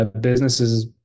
businesses